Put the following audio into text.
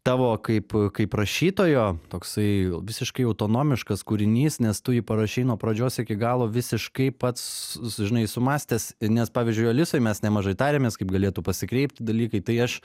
tavo kaip kaip rašytojo toksai visiškai autonomiškas kūrinys nes tu jį parašei nuo pradžios iki galo visiškai pats žinai sumąstęs nes pavyzdžiui alisoj mes nemažai tarėmės kaip galėtų pasikreipti dalykai tai aš